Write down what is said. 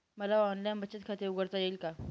मला ऑनलाइन बचत खाते उघडता येईल का?